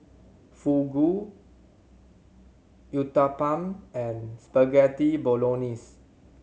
Fugu Uthapam and Spaghetti Bolognese